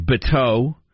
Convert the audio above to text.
Bateau